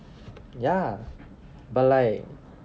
ya but like